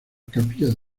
capillas